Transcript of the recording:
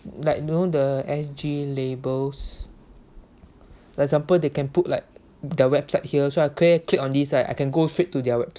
like you know the S_G labels like example they can put like their website here so I create I click on this right then I can go straight to their website